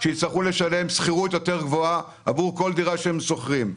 שיצטרכו לשלם שכירות יותר גבוהה עבור כל דירה שהם שוכרים,